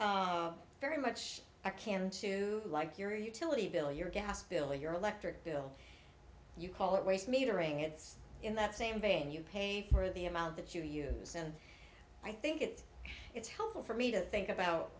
very much a can to like your utility bill your gas bill your electric bill you call it waste metering it's in that same vein you pay for the amount that you use and i think it it's helpful for me to think about